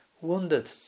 wounded